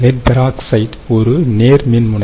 lead peroxide ஒரு நேர் மின்முனை